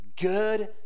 Good